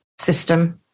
system